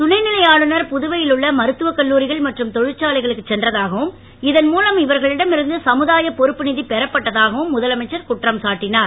துணைநிலை ஆளுநர் புதுவையில் உள்ள மருத்துவ கல்லூரிகள் மற்றும் தொழிற்சாலைகளுக்கு சென்றதாகவும் இதன் மூலம் இவர்களிடம் இருந்து சமுதாய பொறுப்பு நிதி பெறப்பட்டதாகவும் முதலமைச்சர் குற்றம் சாட்டினார்